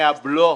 מהבלו,